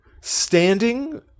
standing